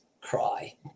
cry